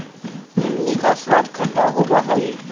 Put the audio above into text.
इमली का स्वाद खट्टा होवअ हई